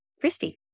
Christy